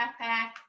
backpack